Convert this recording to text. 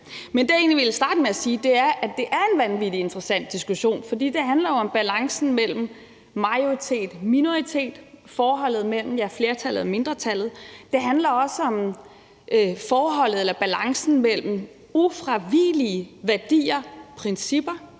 egentlig ville starte med at sige, er, at det er en vanvittig interessant diskussion, fordi det jo handler om balancen mellem majoritet og minoritet, forholdet mellem flertallet og mindretallet. Det handler også en balance, hvor der er ufravigelige værdier og principper,